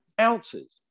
ounces